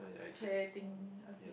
chair thing okay